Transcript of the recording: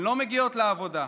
הן לא מגיעות לעבודה.